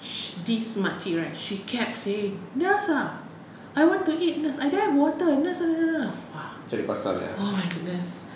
she this makcik right she kept saying nurse ah I want to eat first I don't have water nurse ah oh my goodness